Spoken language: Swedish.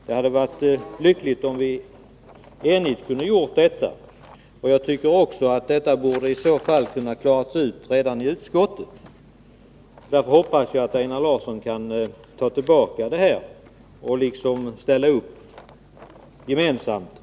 Det hade varit lyckligare om vi hade kunnat enas på denna punkt. Och jag tycker också att det hela borde ha kunnat klaras ut redan i utskottet. Därför hoppas jag att Einar Larsson kan ta tillbaka sitt särskilda yrkande och ställa upp på reservationen.